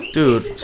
Dude